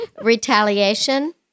retaliation